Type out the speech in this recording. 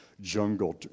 jungle